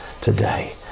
today